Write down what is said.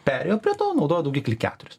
perėjo prie to naudoja daugiklį keturis